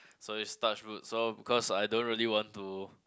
so it's touch wood so because I don't really want to